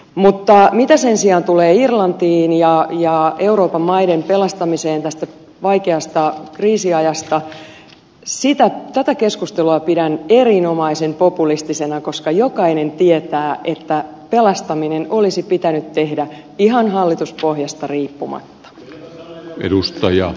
mutta mitä sen sijaan tulee irlantiin ja euroopan maiden pelastamiseen tästä vaikeasta kriisiajasta tätä keskustelua pidän erinomaisen populistisena koska jokainen tietää että pelastaminen olisi pitänyt tehdä ihan hallituspohjasta riippumatta